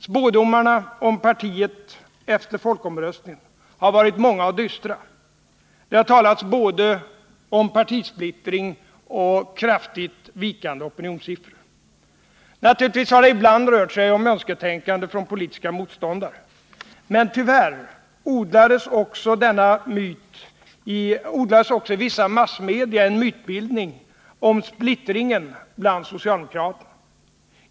Spådomarna om partiet efter folkomröstningen har varit många och dystra. Det har talats både om partisplittring och kraftigt vikande opinionssiffror. Naturligtvis har det ibland rört sig om önsketänkande från politiska motståndare. Men tyvärr odlades också i vissa massmedia en mytbildning om splittringen bland socialdemokraterna.